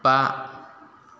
बा